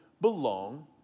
belong